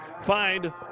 find